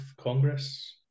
congress